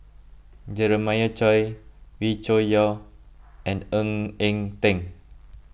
Jeremiah Choy Wee Cho Yaw and Ng Eng Teng